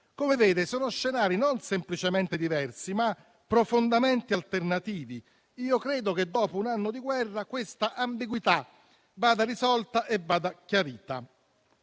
Come vede, sono scenari non semplicemente diversi, ma profondamente alternativi. Personalmente credo che, dopo un anno di guerra, questa ambiguità vada risolta e chiarita.